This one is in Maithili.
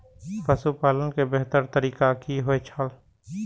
पशुपालन के बेहतर तरीका की होय छल?